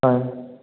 হয়